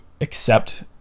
accept